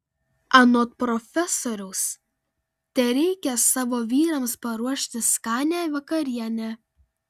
anot profesoriaus tereikia savo vyrams paruošti skanią vakarienę